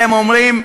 והם אומרים: